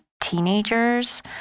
teenagers